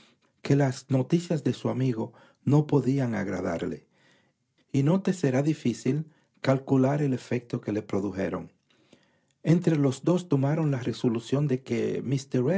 que las noticias de su amigo no podían agradarle y no te será difícil calcular el efecto que le produjeron entre los dos tomaron la resolución de que